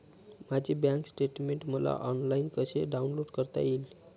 माझे bank statement मला online कसे डाउनलोड करता येईल?